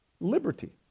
Liberty